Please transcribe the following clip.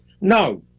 No